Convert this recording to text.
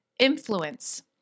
Influence